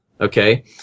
Okay